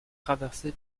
traversée